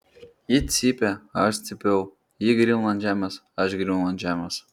ji cypė aš cypiau ji griūna ant žemės aš griūnu ant žemės